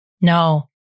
No